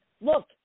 Look